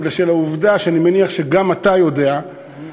אלא בשל העובדה שאני מניח שגם אתה יודע שהתזה